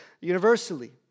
universally